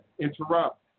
interrupt